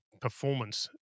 performance